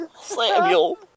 Samuel